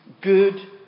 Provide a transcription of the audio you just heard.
good